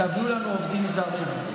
תביאו לנו עובדים זרים.